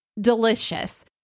delicious